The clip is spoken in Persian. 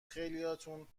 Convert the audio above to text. خیلیاتونم